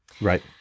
Right